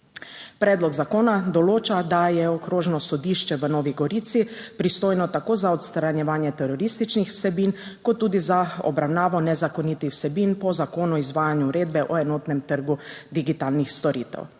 Predlog zakona določa, da je Okrožno sodišče v Novi Gorici pristojno tako za odstranjevanje terorističnih vsebin kot tudi za obravnavo nezakonitih vsebin po Zakonu o izvajanju Uredbe (EU) o enotnem trgu digitalnih storitev.